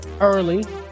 early